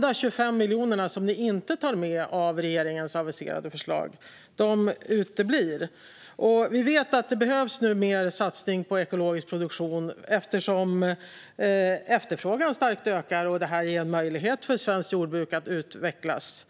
Dessa 25 miljoner är det enda av regeringens aviserade förslag som ni inte tar med. Vi vet att det behövs mer satsning på ekologisk produktion eftersom efterfrågan ökar starkt och eftersom detta ger en möjlighet för svenskt jordbruk att utvecklas.